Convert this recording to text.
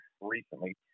recently